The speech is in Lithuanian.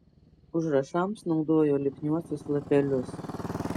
užrašams naudojo lipniuosius lapelius